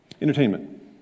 Entertainment